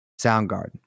Soundgarden